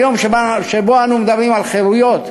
היום שבו אנו מדברים על חירויות,